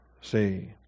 See